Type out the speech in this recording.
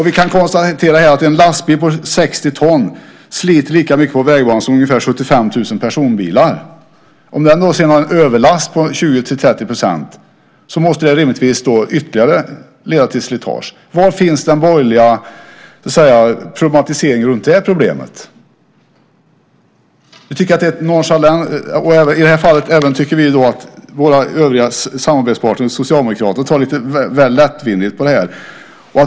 Vi kan konstatera att en lastbil på 60 ton sliter lika mycket på vägbanan som ungefär 75 000 personbilar. Om den har en överlast på 20-30 % måste det rimligtvis leda till ytterligare slitage. Var finns den borgerliga problematiseringen runt det problemet? I det här fallet tycker vi även att våra samarbetspartner Socialdemokraterna tar lite väl lättvindigt på det här.